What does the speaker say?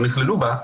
לא נכללו בה,